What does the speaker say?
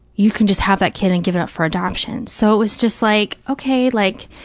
you can just have that kid and give it up for adoption. so, it was just like, okay, like,